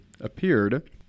appeared